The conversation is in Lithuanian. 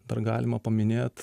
dar galima paminėt